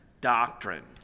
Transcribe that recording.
doctrine